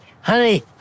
honey